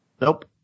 Nope